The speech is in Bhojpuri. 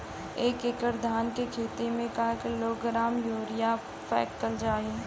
एक एकड़ धान के खेत में क किलोग्राम यूरिया फैकल जाई?